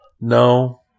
no